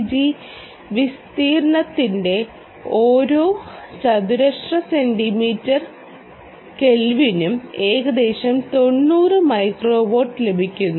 G വിസ്തീർണ്ണത്തിന്റെ ഓരോ ചതുരശ്ര സെന്റിമീറ്റർ കെൽവിനും ഏകദേശം 90 മൈക്രോവാട്ട് ലഭിക്കുന്നു